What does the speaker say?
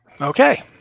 Okay